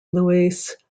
luis